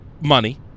money